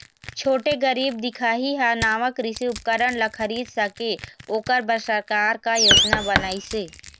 छोटे गरीब दिखाही हा नावा कृषि उपकरण ला खरीद सके ओकर बर सरकार का योजना बनाइसे?